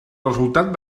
resultat